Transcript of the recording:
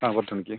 ആ പത്ത് മണിക്ക്